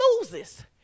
loses